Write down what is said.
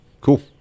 Cool